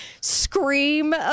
scream